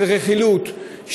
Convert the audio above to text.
של רכילות,